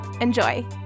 Enjoy